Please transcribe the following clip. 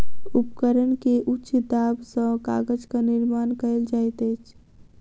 उपकरण के उच्च दाब सॅ कागजक निर्माण कयल जाइत अछि